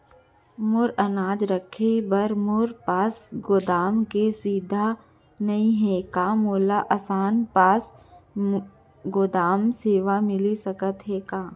मोर अनाज रखे बर मोर पास गोदाम के सुविधा नई हे का मोला आसान पास गोदाम सेवा मिलिस सकथे?